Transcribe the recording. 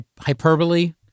hyperbole